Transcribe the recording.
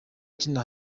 tina